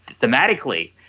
thematically